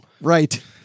Right